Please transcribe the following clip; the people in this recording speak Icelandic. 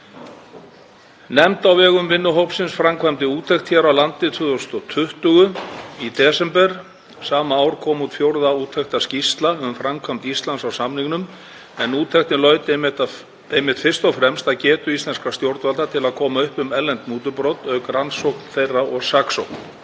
Nefnd á vegum vinnuhópsins framkvæmdi úttekt hér á landi 2020. Í desember sama ár kom út fjórða úttektarskýrsla um framkvæmd Íslands á samningnum en úttektin laut einmitt fyrst og fremst að getu íslenskra stjórnvalda til að koma upp um erlend mútubrot, auk rannsóknar þeirra og saksóknar.